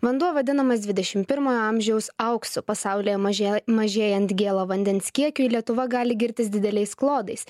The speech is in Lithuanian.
vanduo vadinamas dvidešim pirmojo amžiaus auksu pasaulyje mažėja mažėjant gėlo vandens kiekiui lietuva gali girtis dideliais klodais